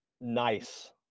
nice